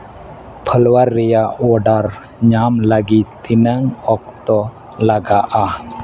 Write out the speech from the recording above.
flower ᱨᱮᱭᱟᱜ ᱚᱰᱟᱨ ᱧᱟᱢ ᱞᱟᱹᱜᱤᱫ ᱛᱤᱱᱟᱹᱝ ᱚᱠᱛᱚ ᱞᱟᱜᱟᱼᱟ